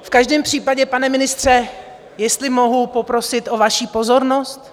V každém případě, pane ministře, jestli mohu poprosit o vaši pozornost?